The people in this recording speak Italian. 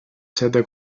sede